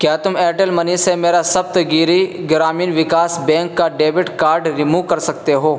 کیا تم Airtel money سے میرا سپتگیری گرامین وکاس بینک کا ڈیبٹ کارڈ رموو کر سکتے ہو